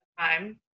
time